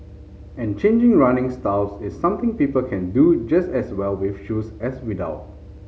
and changing running styles is something people can do just as well with shoes as without